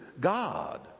God